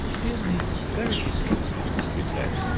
dear me! very interesting! she said.